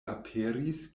aperis